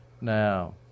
Now